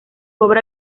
obra